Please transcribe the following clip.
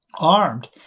armed